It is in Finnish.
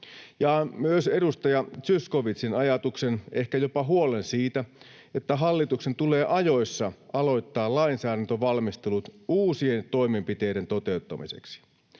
myös edustaja Zyskowiczin ajatuksen, ehkä jopa huolen, siitä, että hallituksen tulee ajoissa aloittaa lainsäädäntövalmistelut uusien toimenpiteiden toteuttamiseksi.